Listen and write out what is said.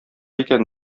икән